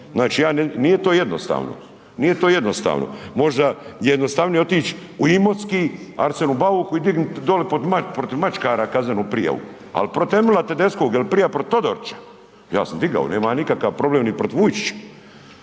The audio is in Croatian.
nije to jednostavno, možda je jednostavnije otić u Imotski Arsenu Bauku i dignut dolje protiv maškara kaznenu prijavu ali protiv Emila Tedeschkoga ili prije protiv Todorića, ja sam digao, nemam ja nikakav problem niti protiv Vujčića